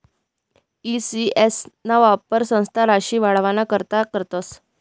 E CS ना वापर संस्था राशी वाढावाना करता करतस